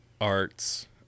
Arts